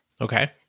Okay